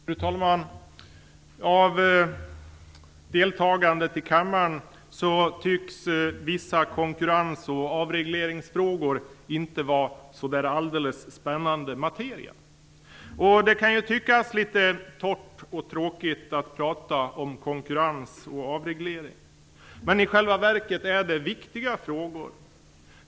Fru talman! Av deltagandet i kammaren att döma är vissa konkurrens och avregleringsfrågor inte någon särskilt spännande materia. Det kan också tyckas litet torrt och tråkigt att tala om konkurrens och avreglering, men i själva verket handlar det om viktiga frågor.